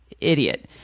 idiot